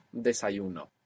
Desayuno